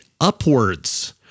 upwards